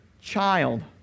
child